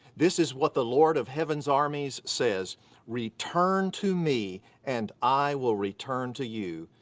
this is what the lord of heaven's armies says return to me, and i will return to you,